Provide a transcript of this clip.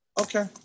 Okay